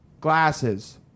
glasses